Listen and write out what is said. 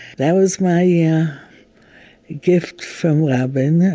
that was my yeah gift from rabin,